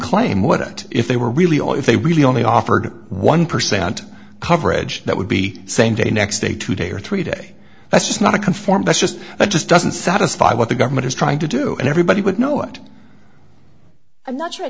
claim what if they were really only if they really only offered one percent coverage that would be same day next day to day or three day that's not a conform that's just it just doesn't satisfy what the government is trying to do and everybody would know what i'm not sure i